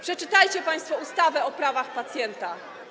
Przeczytajcie państwo ustawę o prawach pacjenta.